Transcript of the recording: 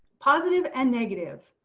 positive and negative.